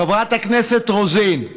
חברת הכנסת רוזין,